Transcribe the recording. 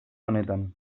honetan